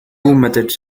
methods